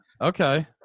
Okay